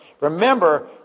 Remember